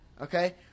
okay